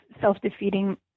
self-defeating